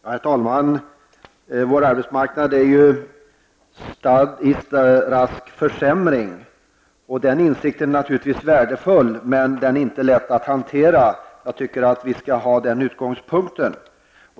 Herr talman! Vår arbetsmarknad är stadd i rask försämring. Insikten om det är naturligtvis värdefull, men den är inte lätt att hantera. Jag tycker att vi skall ha den utgångspunkten.